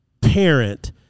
parent